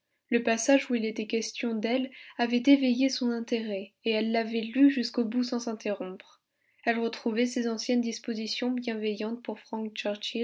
le passage où il était question d'elle avait éveillé son intérêt et elle l'avait lu jusqu'au bout sans s'interrompre elle retrouvait ses anciennes dispositions bienveillantes pour frank